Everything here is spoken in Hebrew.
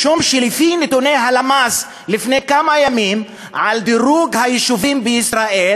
משום שלפי נתוני הלמ"ס מלפני כמה ימים על דירוג היישובים בישראל,